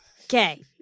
okay